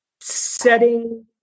setting